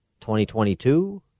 2022